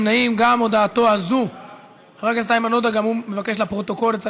הצעת ועדת הכנסת להעביר את הצעת חוק לתיקון